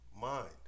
mind